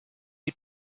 you